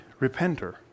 repenter